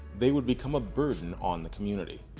they would become a burden on the community.